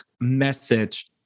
message